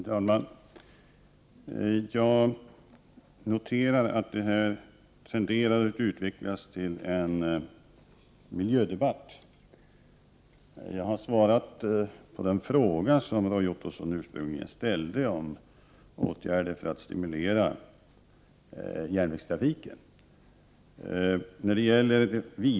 Herr talman! Jag noterar att detta tenderar att utvecklas till en miljödebatt. Jag har svarat på den fråga som Roy Ottosson ursprungligen ställde om åtgärder för att stimulera järnvägstrafiken.